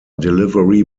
delivery